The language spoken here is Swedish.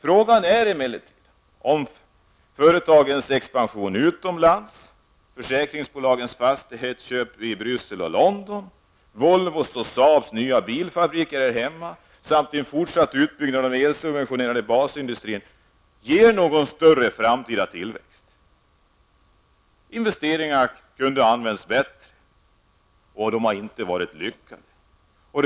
Frågan är emellertid om storföretagens expansion utomlands, försäkringsbolagens fastighetsköp i Bryssel och London, Volvos och Saabs nya bilfabriker här hemma samt en fortsatt utbyggnad av den elsubventionerade basindustrin ger någon större framtida tillväxt. Investeringarna kunde ha använts bättre. De har inte varit lyckade.